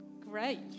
great